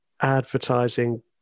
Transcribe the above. advertising